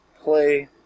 play